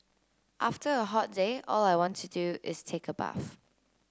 after a hot day all I want to do is take a bath